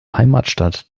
heimatstadt